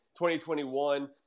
2021